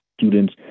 students